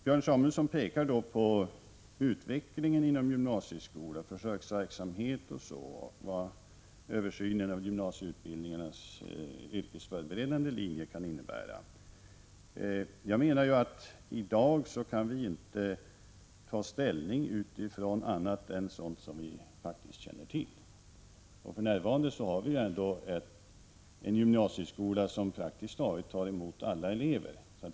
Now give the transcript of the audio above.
Björn Samuelson pekar då på utvecklingen inom gymnasieskolan, bl.a. försöksverksamhet och vad översynen av gymnasieutbildningarnas yrkesförberedande linjer kan innebära. Jag menar att vi i dag inte kan ta ställning utifrån annat än sådant som vi faktiskt känner till. För närvarande har vi en gymnasieskola som praktiskt taget tar emot alla elever.